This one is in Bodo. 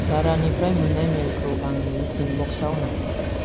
सारानिफ्राय मोननाय मेइलखौ आंनि इनबक्साव नाय